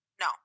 No